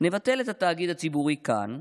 נבטל את התאגיד הציבורי "כאן"